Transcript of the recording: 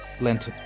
lent